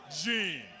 Gene